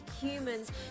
humans